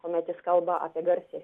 kuomet jis kalba apie garsiąją